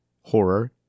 horror